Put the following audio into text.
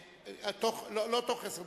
לא בתוך עשר דקות,